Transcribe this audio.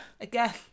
again